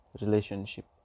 relationship